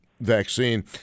vaccine